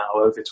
over